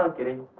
ah getting.